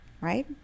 right